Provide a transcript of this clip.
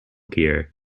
gear